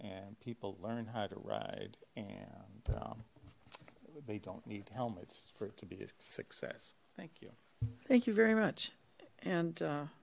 and people learn how to ride and they don't need helmets for it to be a success thank you thank you very much and